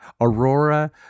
Aurora